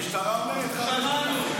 המשטרה אומרת 5,000. שמענו.